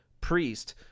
priest